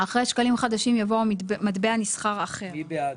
אחרי "שקלים חדשים" יבוא "מטבע נסחר אחר" מי בעד?